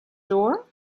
door